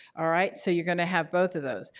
all right, so you're going to have both of those.